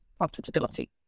profitability